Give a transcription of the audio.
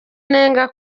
nenga